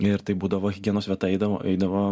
ir tai būdavo higienos vieta eidavo eidavo